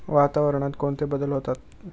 वातावरणात कोणते बदल होतात?